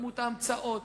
בכמות ההמצאות,